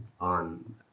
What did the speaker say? on